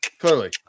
Clearly